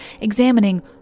examining